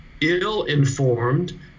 ill-informed